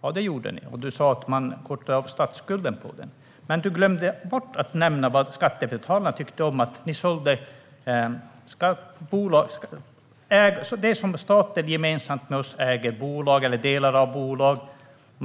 Ja, det gjorde ni. Du sa att man minskar statsskulden på det sättet. Men du glömde bort att nämna vad skattebetalarna tyckte om det. Ni sålde det som staten gemensamt äger, bolag eller delar av bolag.